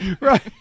Right